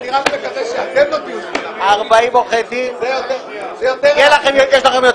איזה הוצאות יש?